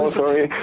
sorry